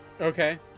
Okay